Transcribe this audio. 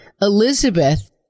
Elizabeth